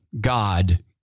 God